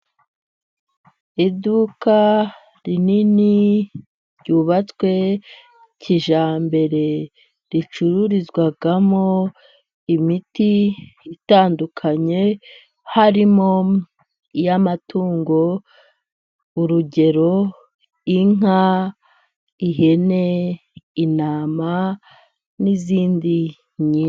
Iduka rinini ryubatswe kijyambere ricururizwamo imiti itandukanye harimo iy'amatungo, urugero :inka ,ihene, intama, n'izindi nyinshi.